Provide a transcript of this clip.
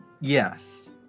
Yes